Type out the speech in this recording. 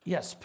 Yes